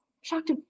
shocked